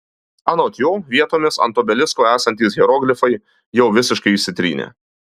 anot jo vietomis ant obelisko esantys hieroglifai jau visiškai išsitrynė